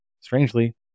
strangely